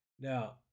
Now